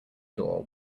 door